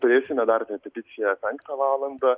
turėsime dar repeticiją penktą valandą